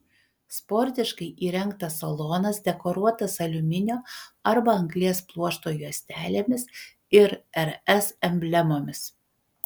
sportiškai įrengtas salonas dekoruotas aliuminio arba anglies pluošto juostelėmis ir rs emblemomis